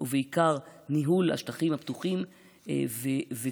ובעיקר ניהול השטחים הפתוחים וקביעת